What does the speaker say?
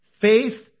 faith